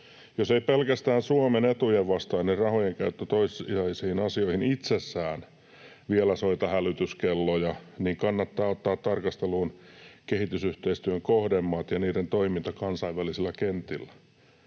Jos ei pelkästään Suomen etujen vastainen rahojen käyttö toissijaisiin asioihin itsessään vielä soita hälytyskelloja, niin kannattaa ottaa tarkasteluun kehitysyhteistyön kohdemaat ja niiden toiminta kansainvälisillä kentillä.